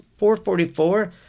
444